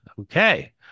okay